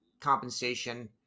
compensation